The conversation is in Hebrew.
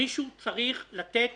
מישהו צריך לתת